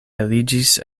eliĝis